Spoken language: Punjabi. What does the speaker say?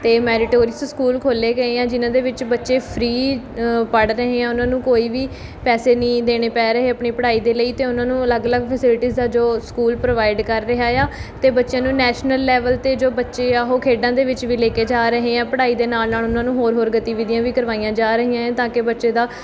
ਅਤੇ ਮੈਰੀਟੋਰੀਅਸ ਸਕੂਲ ਖੋਲ੍ਹੇ ਗਏ ਹੈ ਜਿਨ੍ਹਾਂ ਦੇ ਵਿੱਚ ਬੱਚੇ ਫ੍ਰੀ ਪੜ੍ਹ ਰਹੇ ਆ ਉਹਨਾਂ ਨੂੰ ਕੋਈ ਵੀ ਪੈਸੇ ਨਹੀਂ ਦੇਣੇ ਪੈ ਰਹੇ ਆਪਣੀ ਪੜ੍ਹਾਈ ਦੇ ਲਈ ਅਤੇ ਉਹਨਾਂ ਨੂੰ ਅਲੱਗ ਅਲੱਗ ਫੈਸਿਲਿਟੀਜ਼ ਹੈ ਜੋ ਸਕੂਲ ਪ੍ਰੋਵਾਈਡ ਕਰ ਰਿਹਾ ਆ ਅਤੇ ਬੱਚਿਆਂ ਨੂੰ ਨੈਸ਼ਨਲ ਲੈਵਲ 'ਤੇ ਜੋ ਬੱਚੇ ਆ ਉਹ ਖੇਡਾਂ ਦੇ ਵਿੱਚ ਵੀ ਲੈ ਕੇ ਜਾ ਰਹੇ ਆ ਪੜ੍ਹਾਈ ਦੇ ਨਾਲ ਨਾਲ ਉਹਨਾਂ ਨੂੰ ਹੋਰ ਹੋਰ ਗਤੀਵਿਧੀਆਂ ਵੀ ਕਰਵਾਈਆਂ ਜਾ ਰਹੀਆਂ ਹੈ ਤਾਂ ਕਿ ਬੱਚੇ ਦਾ